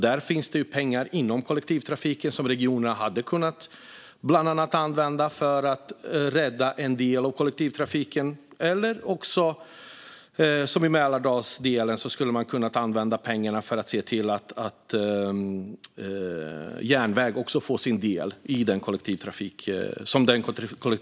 Där finns det alltså pengar som regionerna hade kunnat använda bland annat för att rädda en del av kollektivtrafiken. Man hade också, som i Mälardalsdelen, kunnat använda pengarna för att se till att järnvägen också får sin del som den kollektivtrafik den är.